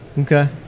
Okay